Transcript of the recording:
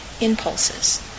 impulses